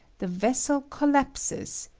the vessel collapses,